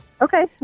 Okay